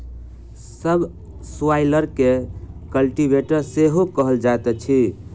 सब स्वाइलर के कल्टीवेटर सेहो कहल जाइत अछि